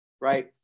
right